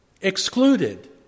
excluded